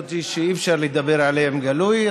הזאת שאי אפשר לדבר עליהם באופן גלוי.